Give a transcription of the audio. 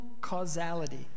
causality